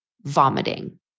vomiting